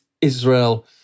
Israel